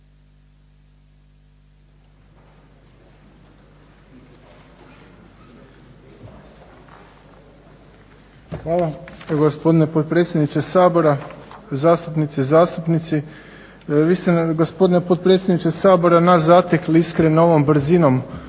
Hvala gospodine potpredsjedniče Sabora, zastupnice i zastupnici. Vi ste gospodine potpredsjedniče Sabora nas zatekli iskreno ovom brzinom